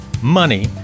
money